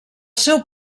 seu